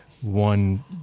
one